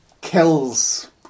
kills